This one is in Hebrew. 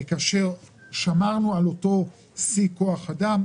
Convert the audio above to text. כאשר שמרנו בו על אותו שיא כוח אדם.